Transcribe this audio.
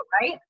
right